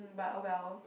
but !oh well!